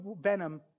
venom